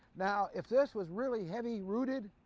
now, if this was really heavy rooted,